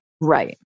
Right